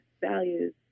values